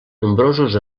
nombrosos